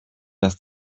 dass